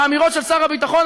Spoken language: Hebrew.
באמירות של שר הביטחון,